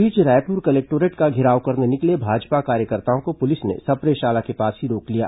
इस बीच रायपुर कलेक्टोरेट का घेराव करने निकले भाजपा कार्यकर्ताओं को पुलिस ने सप्रे शाला के पास ही रोक लिया